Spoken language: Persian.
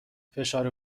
فشار